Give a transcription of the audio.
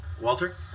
walter